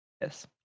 Yes